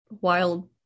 wild